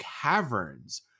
Caverns